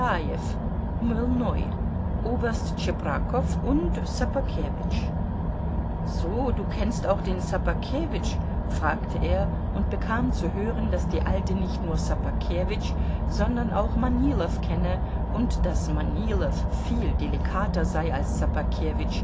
und ssobakewitsch so du kennst auch den ssobakewitsch fragte er und bekam zu hören daß die alte nicht nur ssobakewitsch sondern auch manilow kenne und daß manilow viel delikater sei als